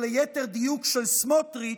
או ליתר דיוק של סמוטריץ',